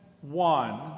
one